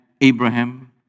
Abraham